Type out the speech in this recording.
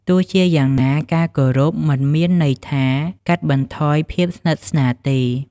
ទោះជាយ៉ាងណា ការគោរពមិនមានន័យថាកាត់បន្ថយភាពស្និទ្ធស្នាលទេ។